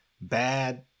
bad